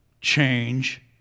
change